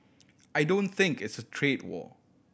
I don't think it's a trade war